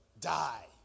die